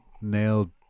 nailed